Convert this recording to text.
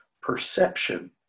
perception